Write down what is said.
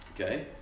Okay